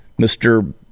Mr